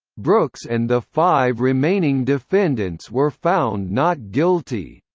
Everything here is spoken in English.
brooks and the five remaining defendants were found not guilty.